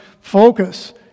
focus